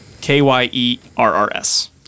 K-Y-E-R-R-S